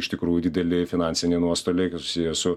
iš tikrųjų dideli finansiniai nuostoliai susiję su